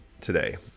today